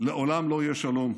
לעולם לא יהיה שלום.